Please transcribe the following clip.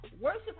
Worship